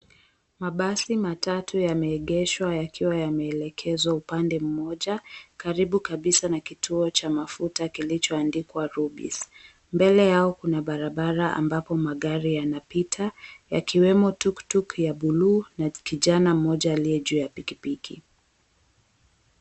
Mabasi matatu yameegeshwa yakiwa yameelekezwa upande mmoja karibu kabisa na kituo cha mafuta kilichoandikwa, Rubis, mbele yao kuna barabara ambapo magari yanapita yakiwemo tuktuk ya buluu na kijana mmoja aliye juu ya pikipiki.